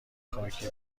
خاکی